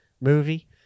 movie